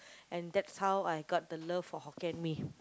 and that's how I got the love for Hokkien-Mee Hokkien-Mee